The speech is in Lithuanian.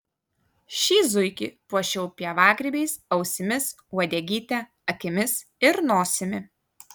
šį zuikį puošiau pievagrybiais ausimis uodegyte akimis ir nosimi